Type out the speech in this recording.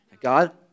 God